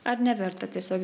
ar neverta tiesiog